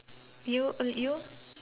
you uh you